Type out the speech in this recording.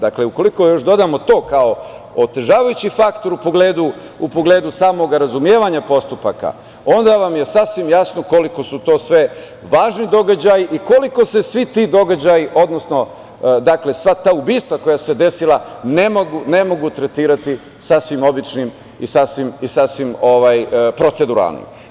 Dakle, ukoliko još dodamo to kao otežavajući faktor u pogledu samoga razumevanja postupaka, onda vam je sasvim jasno koliko su to sve važni događaji i koliko se svi ti događaji, odnosno sva ta ubistva koja su se desila ne mogu tretirati sasvim običnim i sasvim proceduralnim.